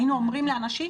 היינו אומרים לאנשים,